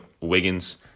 Wiggins